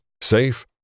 safe